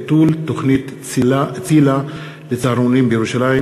ביטול תוכנית ציל"ה לצהרונים בירושלים,